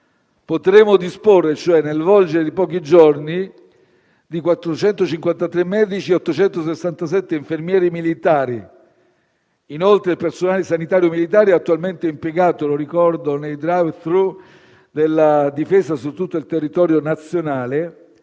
Potremo disporre, cioè, nel volgere di pochi giorni, di 453 medici e 867 infermieri militari. Inoltre, ricordo che il personale sanitario militare è attualmente impiegato nei *drive through* della Difesa, su tutto il territorio nazionale,